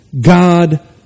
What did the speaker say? God